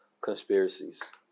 conspiracies